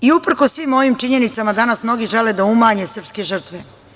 Uprkos svim ovim činjenicama, danas mnogi žele da umanje srpske žrtve.